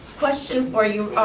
question for you,